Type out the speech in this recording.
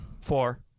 four